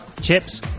Chips